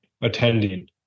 attending